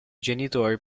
genitori